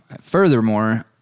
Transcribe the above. Furthermore